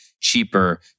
cheaper